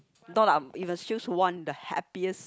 no lah you must choose one the happiest